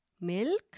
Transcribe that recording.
Milk